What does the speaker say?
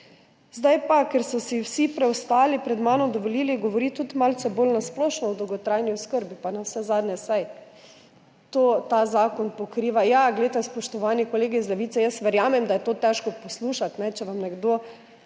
ničesar. Ker so si vsi preostali pred mano dovolili govoriti tudi malce bolj na splošno o dolgotrajni oskrbi, pa navsezadnje, saj to ta zakon pokriva. Ja, spoštovani kolegi iz Levice, jaz verjamem, da je to težko poslušati, če vam nekdo